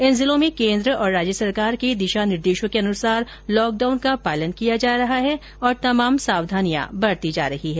इन जिलों में केन्द्र और राज्य सरकार के दिशा निर्देशों के अनुसार लॉकडाउन का पालन किया जा रहा है और तमाम सावधानियां भी बरती जा रही हैं